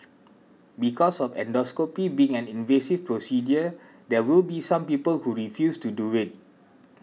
because of endoscopy being an invasive procedure there will be some people who refuse to do it